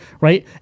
Right